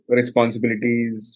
responsibilities